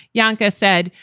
yanka said,